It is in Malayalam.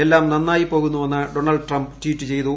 എല്ലാം നന്നായി പോകുന്നുവെന്ന് ഡോണൾഡ് ട്രംപ് ട്വീറ്റ് ചെയ്തു